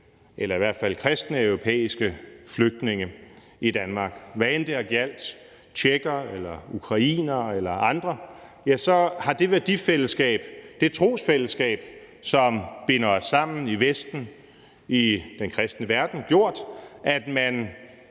eller i hvert fald med kristne europæiske flygtninge i Danmark. Hvad end det har gjaldt tjekker, ukrainere eller andre, har det værdifællesskab, det trosfællesskab, som binder os sammen i Vesten, i den kristne verden, gjort, at man